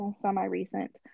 semi-recent